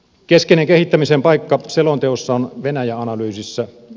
keskeinen kehittämisen paikka selonteossa on venäjä analyysissä